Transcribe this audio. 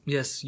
Yes